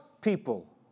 people